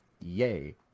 Yay